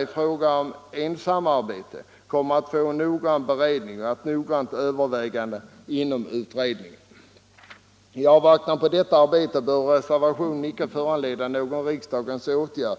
i fråga om ensamarbetare kommer att noggrant beredas och övervägas inom utredningen. I avvaktan på detta arbete bör reservationen icke föranleda någon riksdagens åtgärd.